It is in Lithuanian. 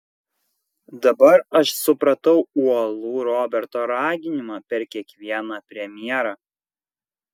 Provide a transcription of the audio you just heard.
dabar aš supratau uolų roberto raginimą per kiekvieną premjerą